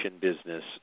business